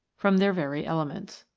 from their very elements.